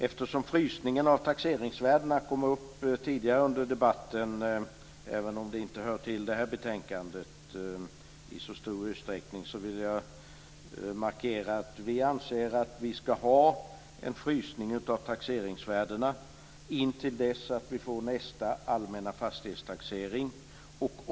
Eftersom frysningen av taxeringsvärdena kom upp tidigare under debatten, även om de inte hör till det här betänkandet i så stor utsträckning, vill jag markera att vi anser att vi ska ha en frysning av taxeringsvärdena intill dess att vi får nästa allmänna fastighetstaxering.